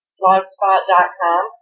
blogspot.com